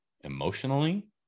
emotionally